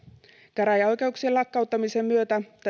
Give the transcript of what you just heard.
käräjäoikeuksien lakkauttamisen myötä